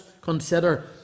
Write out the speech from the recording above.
consider